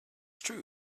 true